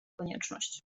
konieczność